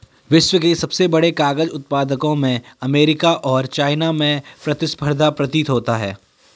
विश्व के सबसे बड़े कागज उत्पादकों में अमेरिका और चाइना में प्रतिस्पर्धा प्रतीत होता है